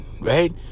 right